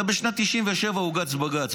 הרי בשנת 1997 הוגש בג"ץ,